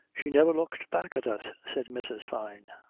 she never looked back at us, said mrs. fyne.